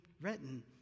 written